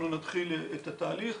אנחנו נתחיל את התהליך.